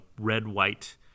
red-white